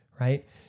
right